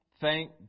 Thank